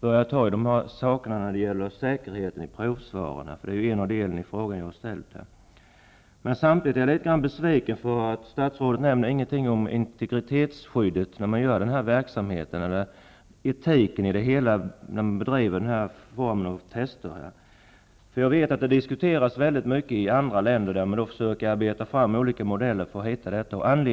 börjar ta itu med frågan om säkerhet i provsvaren. Det var en anledning till att jag ställde frågan. Samtidigt måste jag säga att jag är besviken, för statsrådet nämnde ingenting om integritetsskyddet eller etiken i en sådan här testverksamhet. Frågan diskuteras väldigt mycket i andra länder, där man också försöker arbeta fram olika modeller för att reglera det hela.